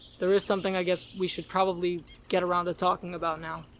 there is something, i guess, we should probably get around to talking about now.